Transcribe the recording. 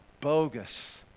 bogus